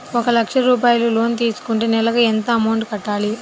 ఒక లక్ష రూపాయిలు లోన్ తీసుకుంటే నెలకి ఎంత అమౌంట్ కట్టాలి?